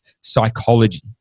psychology